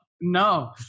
No